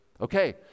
Okay